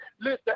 listen